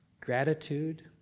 Gratitude